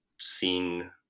seen